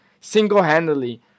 single-handedly